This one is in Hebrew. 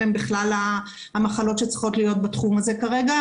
הן בכלל המחלות שצריכות להיות בתחום הזה כרגע,